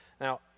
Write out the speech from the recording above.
Now